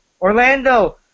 Orlando